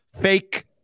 fake